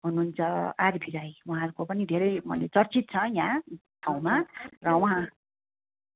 हुनुहुन्छ आरबी राई उहाँहरको पनि धेरै माने चर्चित छ यहाँ ठाउँमा र उहाँ